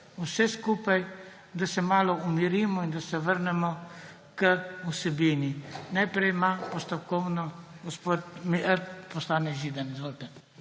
vse skupaj, da se malo umirimo in da se vrnemo k vsebini. Najprej ima postopkovno gospod poslanec Židan. Izvolite.